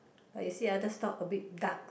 but you see other stall a bit dark